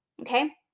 okay